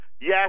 Yes